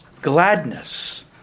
Gladness